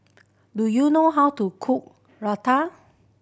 do you know how to cook Raita